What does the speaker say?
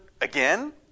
again